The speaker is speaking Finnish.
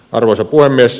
arvoisa puhemies